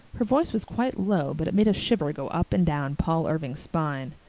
her voice was quite low but it made a shiver go up and down paul irving's spine.